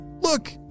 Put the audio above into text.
Look